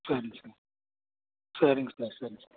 சரிங்க சார் சரிங்க சார் சரிங்க சார்